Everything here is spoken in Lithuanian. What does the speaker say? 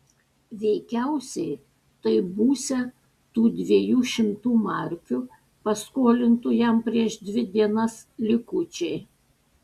veikiausiai tai būsią tų dviejų šimtų markių paskolintų jam prieš dvi dienas likučiai